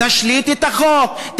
תשליט את החוק,